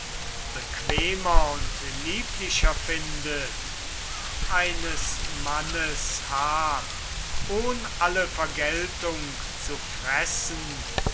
bequemer und lieblicher findet eines mannes hab ohn alle vergeltung zu fressen